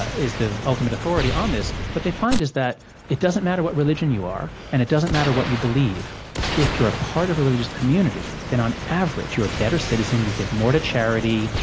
ah is the ultimate authority on this. what they find is that it doesn't matter what religion you are, are, and it doesn't matter what you believe if you are part of a religious community, then on average, you're a better citizen. you give more to charity.